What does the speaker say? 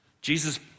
Jesus